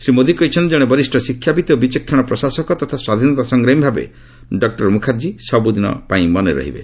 ଶ୍ରୀ ମୋଦି କହିଛନ୍ତି ଜଣେ ବିଶିଷ୍ଟ ଶିକ୍ଷାବିତ୍ ଓ ବିଚକ୍ଷଣ ପ୍ରଶାସକ ତଥା ସ୍ୱାଧୀନତା ସଂଗ୍ରାମୀ ଭାବେ ଡକ୍ଟର ମୁଖାର୍ଜୀ ସବୁଦିନ ପାଇଁ ମନେ ରହିବେ